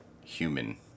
human